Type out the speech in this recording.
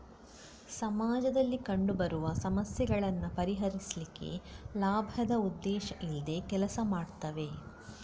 ಸಮಾಜದಲ್ಲಿ ಕಂಡು ಬರುವ ಸಮಸ್ಯೆಗಳನ್ನ ಪರಿಹರಿಸ್ಲಿಕ್ಕೆ ಲಾಭದ ಉದ್ದೇಶ ಇಲ್ದೆ ಕೆಲಸ ಮಾಡ್ತವೆ